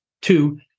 two